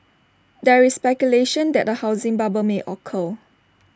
there is speculation that A housing bubble may occur